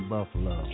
Buffalo